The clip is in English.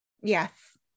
yes